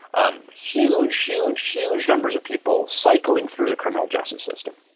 um huge, huge, huge numbers of people cycling through the criminal justice system.